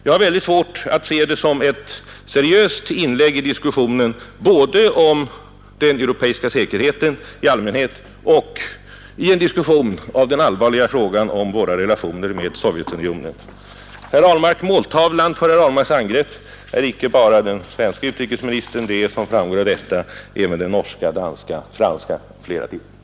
Jag har mycket svårt att se det som ett seriöst inlägg i diskussionen vare sig om den europeiska säkerheten i allmänhet eller om den allvarliga frågan om våra relationer med Sovjetunionen. Måltavlan för herr Ahlmarks angrepp är icke bara den svenske utrikesministern utan den är, som framgår av vad jag anfört, också utrikesministrarna i Norge, Danmark och flera andra länder.